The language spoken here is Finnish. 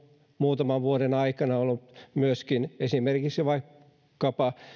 muutaman vuoden ajan ollut esimerkiksi vaikkapa